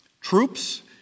troops